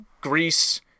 Greece